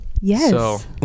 Yes